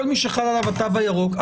כל מי שחל עליו התו הירוק,